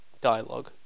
dialogue